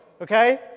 okay